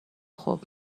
خوب